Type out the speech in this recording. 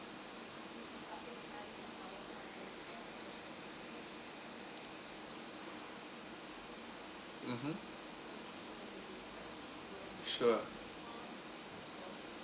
mmhmm sure